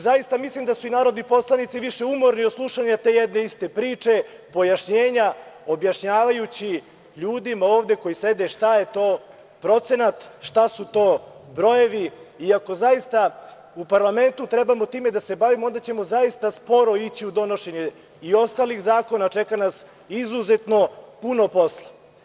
Zaista mislim da su i narodni poslanici više umorni od slušanja te jedne iste priče, pojašnjenja, objašnjavajući ljudima ovde koji sede šta je to procenat, šta su to brojevi i ako zaista u parlamentu trebamo time da se bavimo, onda ćemo zaista sporo ići u donošenje i ostalih zakona, čeka nas izuzetno puno posla.